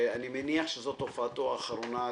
שאני מניח שזו הופעתו האחרונה כאן,